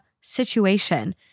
situation